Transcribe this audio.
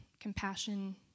compassion